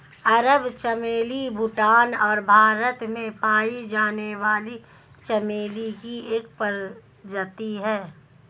अरब चमेली भूटान और भारत में पाई जाने वाली चमेली की एक प्रजाति है